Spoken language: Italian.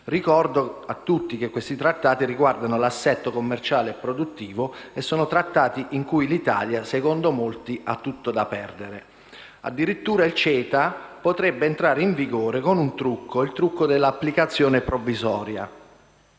Ricordo a tutti che questi trattati riguardano l'assetto commerciale e produttivo e sono trattati in cui l'Italia, secondo molti, ha tutto da perdere. Addirittura, il CETA potrebbe entrare in vigore con un trucco, quello dell'applicazione provvisoria,